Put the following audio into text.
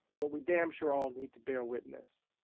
but we damn sure all need to bear witness.